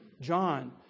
John